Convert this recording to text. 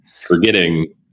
forgetting